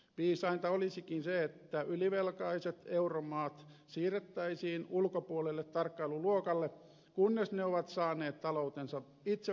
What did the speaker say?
viisainta olisikin se että ylivelkaiset euromaat siirrettäisiin ulkopuolelle tarkkailuluokalle kunnes ne itse ovat saaneet taloutensa vakaalle pohjalle